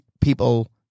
people